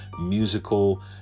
musical